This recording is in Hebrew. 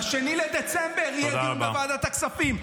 ב-2 בדצמבר יהיה דיון בוועדת הכספים.